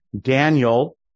Daniel